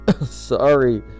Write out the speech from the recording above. Sorry